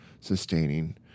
sustaining